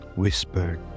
whispered